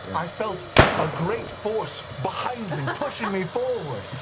i felt a great force behind me, pushing me forward!